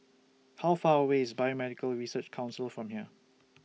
How Far away IS Biomedical Research Council from here